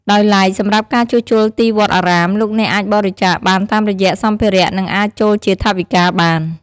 ដោយឡែក សម្រាប់ការជួសជុលទីវត្តអារាម លោកអ្នកអាចបរិច្ចាគបានតាមរយៈសម្ភារៈ និងអាចចូលជាថវិកាបាន។